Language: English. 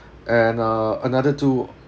and uh another two